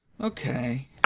Okay